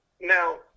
now